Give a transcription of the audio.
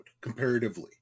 comparatively